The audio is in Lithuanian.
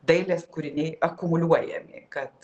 dailės kūriniai akumuliuojami kad